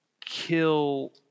kill